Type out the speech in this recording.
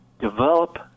develop